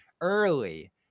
early